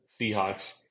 Seahawks